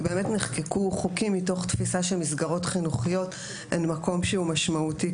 באמת נחקקו חוקים מתוך תפיסה שמסגרות חינוכיות הן מקום משמעותי,